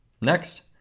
Next